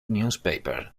newspaper